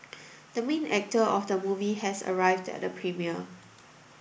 the main actor of the movie has arrived at the premiere